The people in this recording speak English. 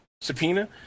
Subpoena